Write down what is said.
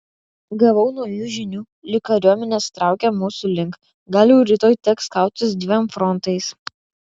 gavau naujų žinių lygos kariuomenė traukia mūsų link gal jau rytoj teks kautis dviem frontais